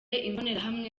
imbonerahamwe